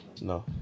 no